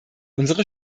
unsere